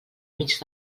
mig